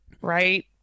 right